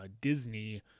Disney